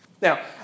Now